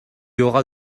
aura